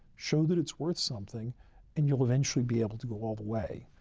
show that it's worth something and you'll eventually be able to go all the way.